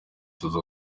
tuza